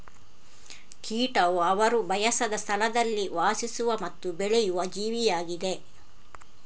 ಕೀಟವು ಅವರು ಬಯಸದ ಸ್ಥಳದಲ್ಲಿ ವಾಸಿಸುವ ಮತ್ತು ಬೆಳೆಯುವ ಜೀವಿಯಾಗಿದೆ